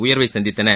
உயர்வை சந்தித்தன